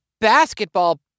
basketball